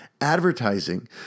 advertising